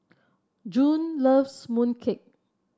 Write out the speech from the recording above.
Joan loves mooncake